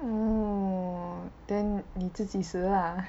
oh then 你自己死 ah